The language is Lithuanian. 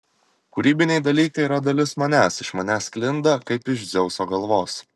kūrybiniai dalykai yra dalis manęs iš manęs sklinda kaip iš dzeuso galvos